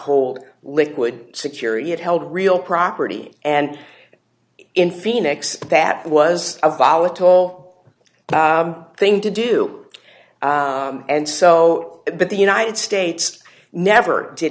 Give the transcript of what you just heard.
hold liquid security it held real property and in phoenix that was a volatile thing to do and so but the united states never did